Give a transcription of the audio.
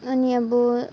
अनि अब